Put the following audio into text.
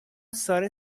ساره